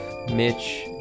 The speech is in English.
mitch